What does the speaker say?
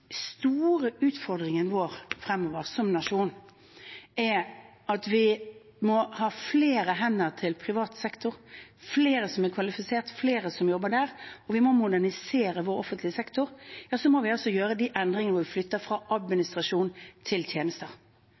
store utfordringen vår fremover som nasjon er at vi må ha flere hender i privat sektor, flere som er kvalifisert, flere som jobber der. Vi må modernisere vår offentlige sektor, vi må gjøre de endringene der vi flytter fra administrasjon til tjenester.